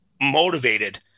motivated